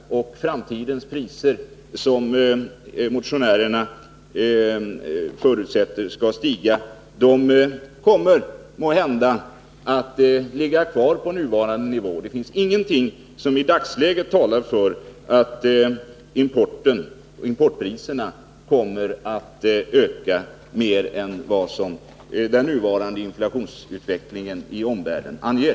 Framtidens ammoniakpriser, som motionärerna förutsätter skall stiga, kommer måhända att ligga kvar på nuvarande nivå. Det finns ingenting som i dagsläget talar för att importpriserna kommer att öka mer än vad den nuvarande 175 inflationsutvecklingen i omvärlden anger.